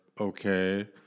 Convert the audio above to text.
okay